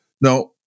Now